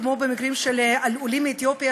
כמו במקרים של העולים מאתיופיה,